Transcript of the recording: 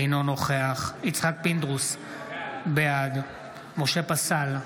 אינו נוכח יצחק פינדרוס, בעד משה פסל,